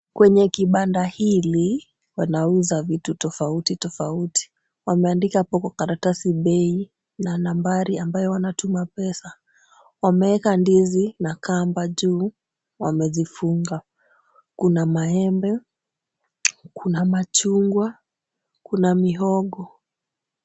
Kwenye kibanda hili, wanauza vitu tofauti tofauti. Wameandika hapo kwa karatasi bei na nambari ambayo wanatuma pesa. Wameeka ndizi na kamba juu, wamezifunga. Kuna maembe, kuna machungwa, kuna mihogo.